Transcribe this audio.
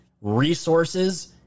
resources